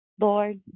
Lord